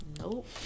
Nope